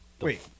Wait